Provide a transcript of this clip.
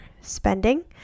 spending